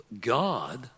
God